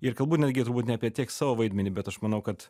ir galbūt netgi turbūt ne apie tiek savo vaidmenį bet aš manau kad